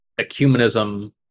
ecumenism